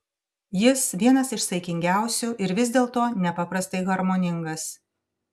jis vienas iš saikingiausių ir vis dėlto nepaprastai harmoningas